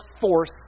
force